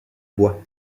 bois